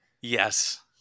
Yes